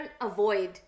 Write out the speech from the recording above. avoid